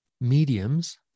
mediums